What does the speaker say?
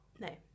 No